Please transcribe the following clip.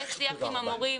יהיה שיח עם המורים,